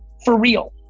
for real.